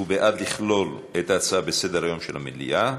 הוא בעד לכלול את ההצעה בסדר-היום של המליאה,